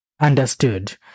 Understood